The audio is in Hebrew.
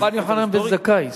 רבן יוחנן בן זכאי,